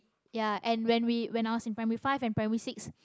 ya and when we when i was in primary five and primary six